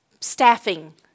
staffing